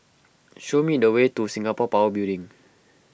show me the way to Singapore Power Building